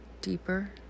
Deeper